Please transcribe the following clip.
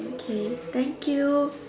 okay thank you